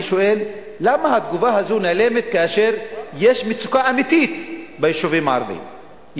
אני שואל למה התגובה הזו נעלמת כאשר יש מצוקה אמיתית ביישובים הערביים,